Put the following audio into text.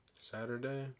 Saturday